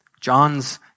John's